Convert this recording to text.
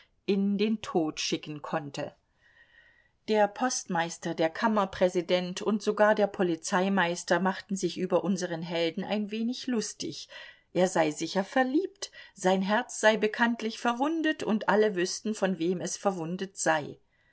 in den tod schicken konnte der postmeister der kammerpräsident und sogar der polizeimeister machten sich über unseren helden ein wenig lustig er sei sicher verliebt sein herz sei bekanntlich verwundet und alle wüßten von wem es verwundet sei